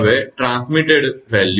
હવે પ્રસારિત મૂલ્ય